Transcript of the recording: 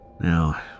Now